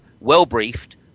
well-briefed